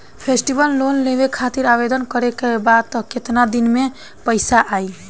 Festival loan लेवे खातिर आवेदन करे क बाद केतना दिन म पइसा आई?